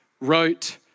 wrote